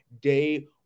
day